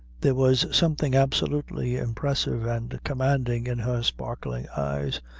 there was something absolutely impressive and commanding in her sparkling eyes,